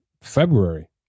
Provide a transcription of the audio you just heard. February